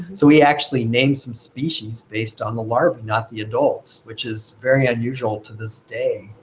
so he actually named some species based on the larvae, not the adults, which is very unusual to this day.